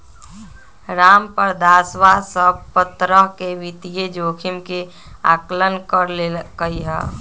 रामप्रसादवा सब प्तरह के वित्तीय जोखिम के आंकलन कर लेल कई है